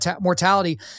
mortality